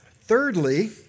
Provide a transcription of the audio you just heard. Thirdly